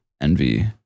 envy